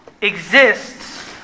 exists